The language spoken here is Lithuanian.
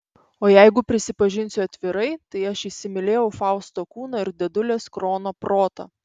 o jeigu prisipažinsiu atvirai tai aš įsimylėjau fausto kūną ir dėdulės krono protą